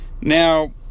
Now